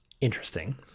interesting